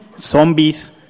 zombies